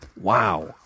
Wow